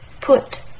put